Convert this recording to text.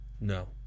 No